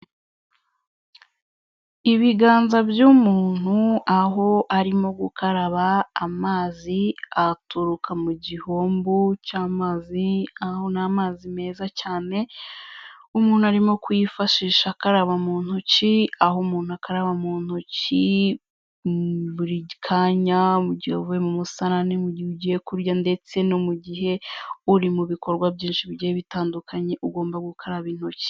Ibiganza by'umuntu aho arimo gukaraba amazi aturuka mu gihombo cy'amazi, aho ni amazi meza cyane. Umuntu arimo kuyifashisha akaraba mu ntoki. Aho umuntu akaba mu ntoki buri kanya, mu gihe uvuye mu musarane, no mu gihe ugiye kurya, ndetse no mu gihe uri mu bikorwa byinshi bigiye bitandukanye, ugomba gukaraba intoki.